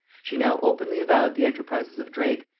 she now openly avowed the enterprises of drake,